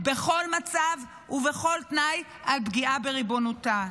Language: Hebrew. בכל מצב ובכל תנאי על פגיעה בריבונותה.